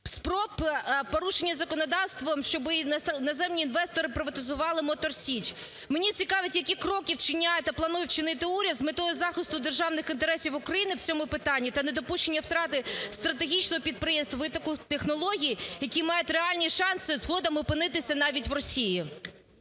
…спроб порушення законодавства, щоби іноземні інвестори приватизували "Мотор Січ". Мене цікавить, які кроки вчиняє та планує вчинити уряд з метою захисту державних інтересів України в цьому питанні та недопущення втрати стратегічного підприємства, витоку технологій, які мають реальні шанси згодом опинитися навіть в Росії.